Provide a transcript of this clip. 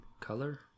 color